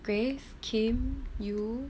grace came you